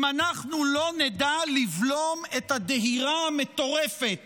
אם אנחנו לא נדע לבלום את הדהירה המטורפת